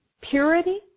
Purity